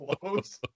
clothes